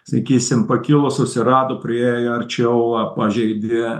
sakysim pakilo susirado priėjo arčiau pažeidė